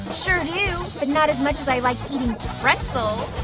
sure do, but not as much as i like eating pretzels.